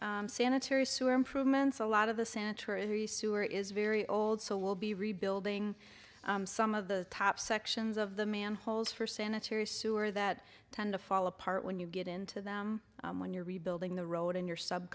project sanitary sewer improvements a lot of the century sewer is very old so we'll be rebuilding some of the top sections of the manholes for sanitary sewer that tend to fall apart when you get into them when you're rebuilding the road in your sub